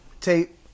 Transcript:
tape